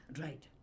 Right